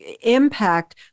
impact